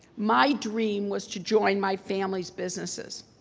my dream was to join my family's businesses.